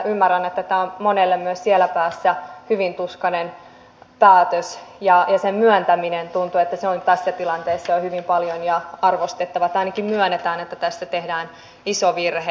ymmärrän että tämä on monelle myös siellä päässä hyvin tuskainen päätös ja tuntuu että on tässä tilanteessa jo hyvin paljon ja arvostettavaa että ainakin myönnetään että tässä tehdään iso virhe